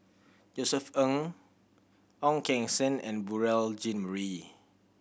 Josef Ng Ong Keng Sen and Beurel Jean Marie